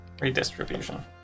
Redistribution